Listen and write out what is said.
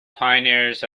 pioneers